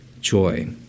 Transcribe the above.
joy